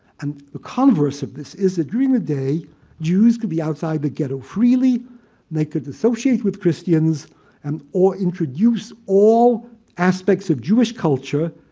and the converse of this is agreement day jews could be outside the ghetto freely and they could associate with christians and or introduce all aspects of jewish culture,